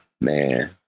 man